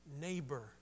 neighbor